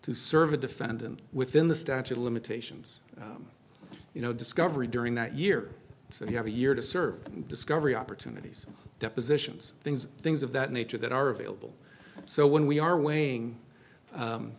to serve a defendant within the statute of limitations you know discovery during that year so you have a year to serve discovery opportunities depositions things things of that nature that are available so when we are w